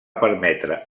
permetre